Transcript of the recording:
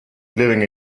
living